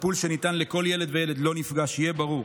הטיפול שניתן לכל ילד וילד לא נפגע, שיהיה ברור.